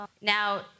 now